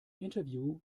interview